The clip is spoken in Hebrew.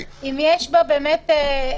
אם יש בה באמת בעיה.